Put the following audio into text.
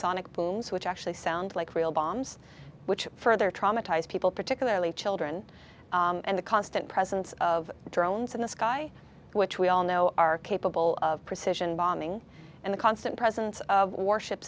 sonic booms which actually sound like real bombs which further traumatized people particularly children and the constant presence of drones in the sky which we all know are capable of precision bombing and the constant presence of warship